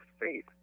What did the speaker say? faith